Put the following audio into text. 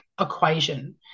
equation